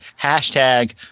hashtag